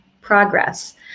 progress